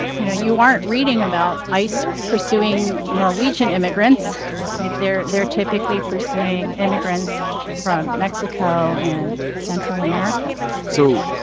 you know, you aren't reading about ice pursuing norwegian immigrants right they're they're typically pursuing immigrants from mexico and central america so,